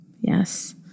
Yes